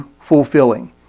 fulfilling